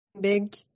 big